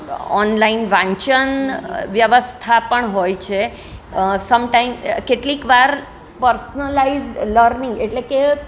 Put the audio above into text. online વાંચન વ્યવસ્થા પણ હોય છે સમટાઈમ કેટલીક વાર પર્સનલાઇઝ લર્નીગ એટલે કે